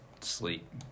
Sleep